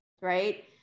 right